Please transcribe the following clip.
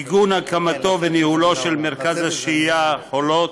עיגון הקמתו וניהולו של מרכז השהייה חולות,